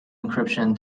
encryption